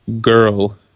girl